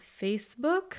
Facebook